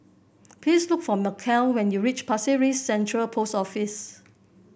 please look for Mikel when you reach Pasir Ris Central Post Office